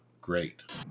great